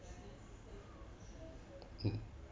mm